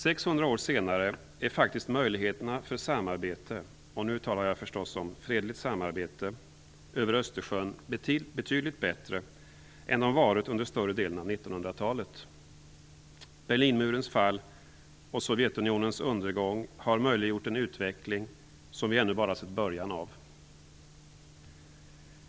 600 år senare är faktiskt möjligheterna för samarbete - och nu talar jag förstås om fredligt samarbete - över Östersjön betydligt bättre än de varit under större delen av 1900-talet. Berlinmurens fall och Sovjetunionens undergång har möjliggjort en utveckling som vi ännu bara sett början av.